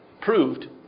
proved